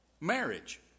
marriage